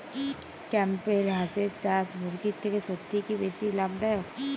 Campbell হাঁসের চাষ মুরগির থেকে সত্যিই কি বেশি লাভ দায়ক?